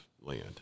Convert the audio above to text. land